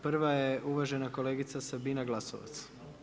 Prva je uvažena kolegica Sabina Glasovac.